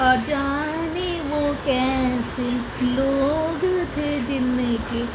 جانے وہ کیسے لوگ تھے جن کی